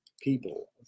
people